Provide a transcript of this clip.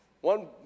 One